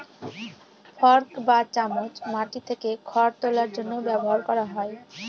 fork বা চামচ মাটি থেকে খড় তোলার জন্য ব্যবহার করা হয়